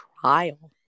trial